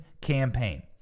campaign